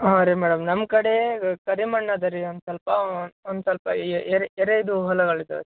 ಹಾಂ ರೀ ಮೇಡಮ್ ನಮ್ಮ ಕಡೆ ಕರಿ ಮಣ್ಣು ಅದಾ ರೀ ಒಂದು ಸ್ವಲ್ಪ ಒಂದು ಸ್ವಲ್ಪ ಎರೆ ಎರೆದು ಹೊಲಗಳಿದಾವೆ